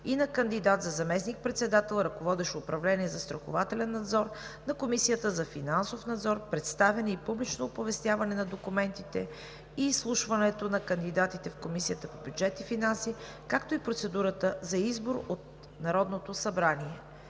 и на кандидат за заместник-председател, ръководещ управление „Застрахователен надзор“, на Комисията за финансов надзор, представяне и публично оповестяване на документите и изслушването на кандидатите в Комисията по бюджет и финанси, както и Процедурата за избор от Народното събрание,